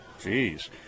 Jeez